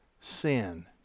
sin